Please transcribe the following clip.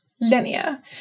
linear